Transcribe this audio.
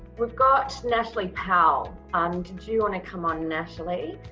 we've got natalie powell on did you want to come on natalie,